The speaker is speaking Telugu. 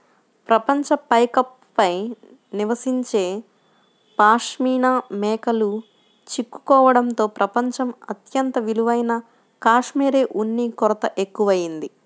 ప్రపంచ పైకప్పు పై నివసించే పాష్మినా మేకలు చిక్కుకోవడంతో ప్రపంచం అత్యంత విలువైన కష్మెరె ఉన్ని కొరత ఎక్కువయింది